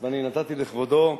ואני נתתי לכבודו,